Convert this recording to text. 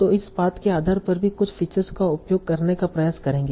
तो इस पाथ के आधार पर भी कुछ फीचर्स का उपयोग करने का प्रयास करेंगे